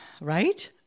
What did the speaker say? Right